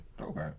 okay